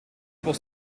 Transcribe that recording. pour